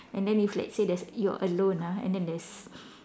and then if let's say there's you're alone ah and then there's